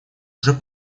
уже